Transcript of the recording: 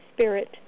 Spirit